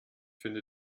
finde